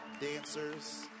dancers